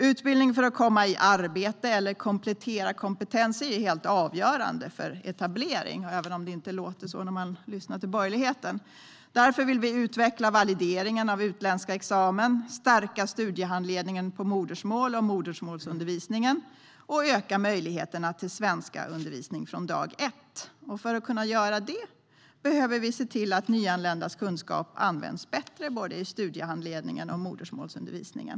Utbildning för att komma i arbete eller komplettera kompetens är helt avgörande för etablering, även om det inte låter så när man lyssnar till borgerligheten. Därför vill vi utveckla valideringen av utländska examina, stärka studiehandledningen på modersmål och modersmålsundervisningen och öka möjligheterna till svenskundervisning från dag ett. För att kunna göra det behöver vi se till att nyanländas kunskap används bättre i både studiehandledningen och modersmålsundervisningen.